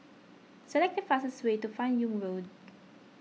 select the fastest way to Fan Yoong Road